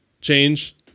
change